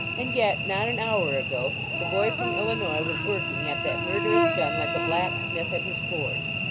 and yet, not an hour ago, the boy from illinois was working at that murderous gun like a blacksmith at his forge.